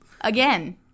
again